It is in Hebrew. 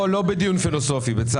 לא יודעים איפה אתה והכול נשאר בתוך האוטו.